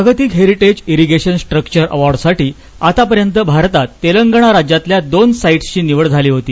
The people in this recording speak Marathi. जागतिक हस्टिल्लिइरिगश्रीन स्ट्रक्चर अवॉर्ड साठी आतापर्यंत भारतात तक्रीणा राज्यातल्या दोन साईट्सची निवड झाली होती